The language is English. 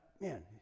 man